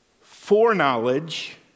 Foreknowledge